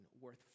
worth